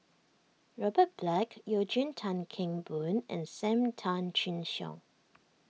Robert Black Eugene Tan Kheng Boon and Sam Tan Chin Siong